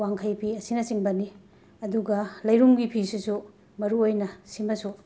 ꯋꯥꯡꯘꯩ ꯐꯤ ꯑꯁꯤꯅꯆꯤꯡꯕꯅꯤ ꯑꯗꯨꯒ ꯂꯩꯔꯨꯝꯒꯤ ꯐꯤꯁꯤꯁꯨ ꯃꯔꯨ ꯑꯣꯏꯅ ꯁꯤꯃꯁꯨ